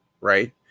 right